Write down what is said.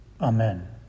Amen